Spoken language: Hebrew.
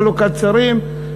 חלוקת שרים,